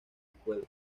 escuela